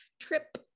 trip